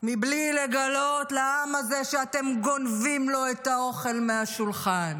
בלי לגלות לעם הזה שאתם גונבים לו את האוכל מהשולחן,